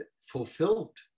fulfilled